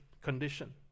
condition